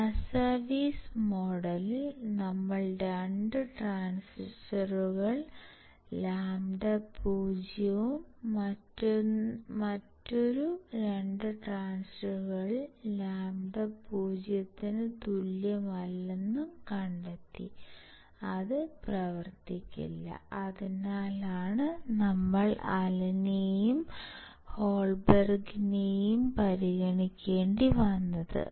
Razavi's മോഡലിൽ നമ്മൾ 2 transistor λ 0 മറ്റൊരു 2 ട്രാൻസിസ്റ്റർ λ 0 ന് തുല്യമല്ലെന്ന് കണ്ടെത്തി അത് പ്രവർത്തിക്കില്ല അതിനാലാണ് നമ്മൾ അലനെയും ഹോൾബെർഗിനെയും പരിഗണിക്കേണ്ടിവന്നത്